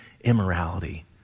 immorality